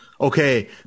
okay